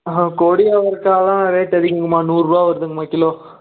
ஆஹ கொடி அவரைக்காலாம் ரேட்டு அதிகங்கம்மா நூறுரூவா வருதுங்கம்மா கிலோ